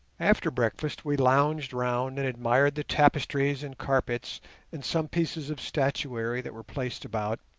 after breakfast we lounged round and admired the tapestries and carpets and some pieces of statuary that were placed about,